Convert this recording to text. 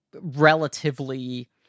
relatively